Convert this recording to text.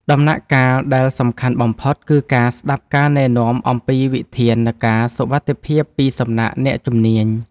ដំណាក់កាលដែលសំខាន់បំផុត គឺការស្ដាប់ការណែនាំអំពីវិធានការសុវត្ថិភាពពីសំណាក់អ្នកជំនាញ។